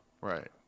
Right